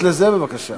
תתייחס לזה, בבקשה.